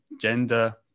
gender